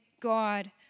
God